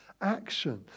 action